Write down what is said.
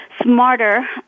smarter